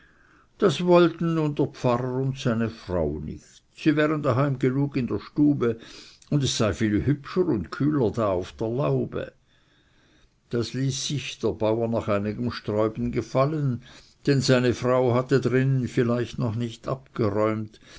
das wollte nun der pfarrer und seine frau nicht sie wären daheim genug in der stube und es sei viel hübscher und kühler da auf der laube das ließ sich der bauer nach einigem sträuben gefallen denn seine frau hatte drinnen vielleicht noch nicht abgeräumt